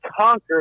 conquered